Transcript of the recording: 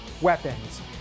weapons